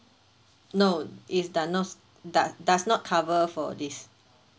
no is does not doe~ does not cover for this